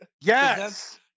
yes